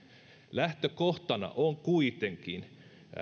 lähtökohtana on kuitenkin